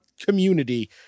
community